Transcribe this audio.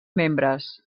membres